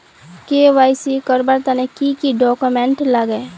KYC करवार तने की की डॉक्यूमेंट लागे?